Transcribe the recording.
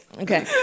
Okay